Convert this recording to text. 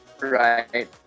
Right